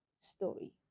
story